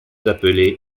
appelez